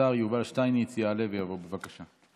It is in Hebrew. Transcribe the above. השר יובל שטייניץ יעלה ויבוא, בבקשה.